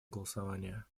голосование